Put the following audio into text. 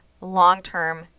long-term